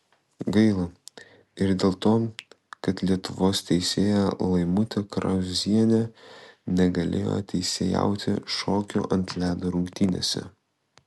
gaila ir dėl to kad lietuvos teisėja laimutė krauzienė negalėjo teisėjauti šokių ant ledo rungtyje